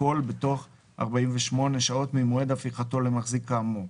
הכול בתוך 48 שעות ממועד הפיכתו למחזיק כאמור.